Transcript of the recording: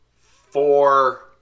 four